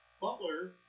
Butler